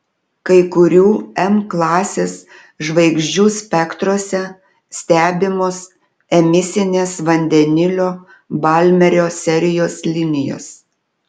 kai kurių m klasės žvaigždžių spektruose stebimos emisinės vandenilio balmerio serijos linijos